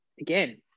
again